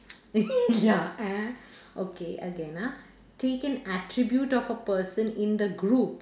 ya okay again ah take an attribute of a person in the group